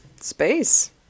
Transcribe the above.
space